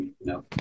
No